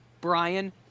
Brian